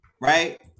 right